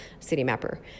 Citymapper